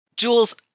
Jules